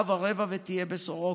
ובשעה ורבע ותהיה בסורוקה.